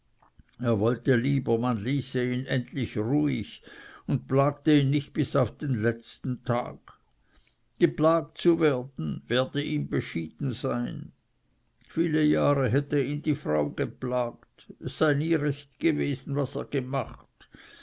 er wollte lieber man ließe ihn endlich ruhig und plagte ihn nicht bis auf den letzten tag geplagt zu werden werde ihm beschieden sein viele jahre hätte ihn die frau geplagt es sei nie recht gewesen was er gemacht